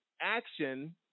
action